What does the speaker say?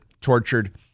tortured